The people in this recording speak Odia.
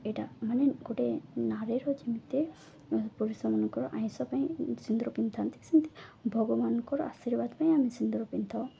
ଏଇଟା ମାନେ ଗୋଟେ ନାରୀର ଯେମିତି ପୁରୁଷମାନଙ୍କର ଆମିଷ ପାଇଁ ସିନ୍ଦୁର ପିନ୍ଧିଥାନ୍ତି ସେମିତି ଭଗବାନଙ୍କର ଆର୍ଶୀର୍ବାଦ ପାଇଁ ଆମେ ସିନ୍ଦର ପିନ୍ଧିଥାଉ